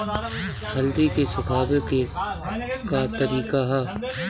हल्दी के सुखावे के का तरीका ह?